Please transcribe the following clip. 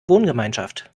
wohngemeinschaft